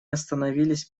остановились